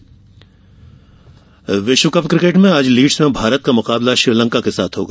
cricket विश्वकप cricket में आज लीड़स में भारत का मुकाबला श्रीलंका के साथ होगा